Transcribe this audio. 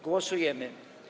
Głosujemy.